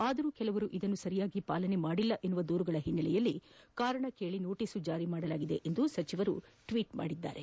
ಆದರೆ ಕೆಲವರು ಇದನ್ನು ಸರಿಯಾಗಿ ಪಾಲನೆ ಮಾಡಿಲ್ಲ ಎಂಬ ದೂರುಗಳ ಹಿನ್ನೆಲೆಯಲ್ಲಿ ಕಾರಣ ಕೇಳಿ ನೋಟಸ್ ಜಾರಿ ಮಾಡಲಾಗಿದೆ ಎಂದು ಸಚಿವರು ಟ್ವೀಟ್ ಮೂಲಕ ತಿಳಿಸಿದ್ದಾರೆ